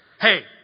Hey